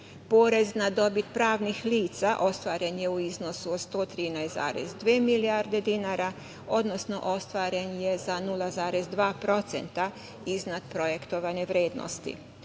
Porez na dobit pravnih lica ostvaren je u iznosu od 113,2 milijarde dinara, odnosno ostvaren je za 0,2% iznad projektovane vrednosti.